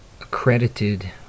accredited